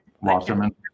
Wasserman